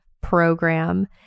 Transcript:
program